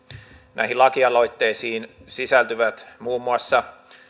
näihin lakialoitteisiin sisältyvät muun muassa